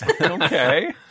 Okay